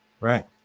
right